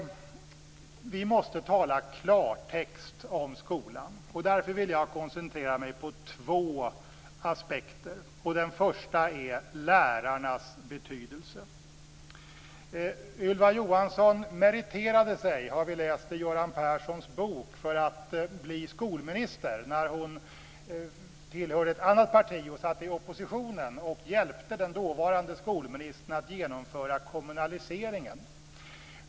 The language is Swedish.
Vi måste tala klartext om skolan. Därför vill jag koncentrera mig på två aspekter. Den första är lärarnas betydelse. Vi har i Göran Perssons bok läst att Ylva Johansson meriterade sig för att bli skolminister när hon tillhörde ett annat parti och satt i oppositionen och hjälpte den dåvarande skolministern att genomföra kommunaliseringen.